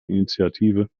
initiative